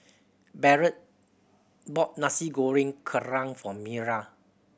Barrett bought Nasi Goreng Kerang for Mira